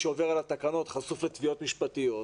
שעובר על התקנות חשוף לתביעות משפטיות,